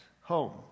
home